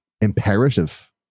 imperative